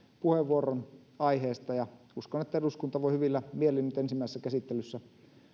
puheenvuoron aiheesta uskon että eduskunta voi hyvillä mielin nyt ensimmäisessä käsittelyssä